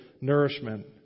nourishment